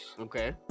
Okay